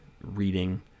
reading